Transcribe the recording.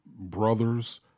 Brothers